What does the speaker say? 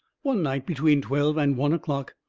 one night, between twelve and one o'clock,